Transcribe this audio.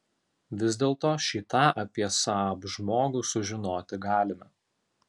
vis dėlto šį tą apie saab žmogų sužinoti galime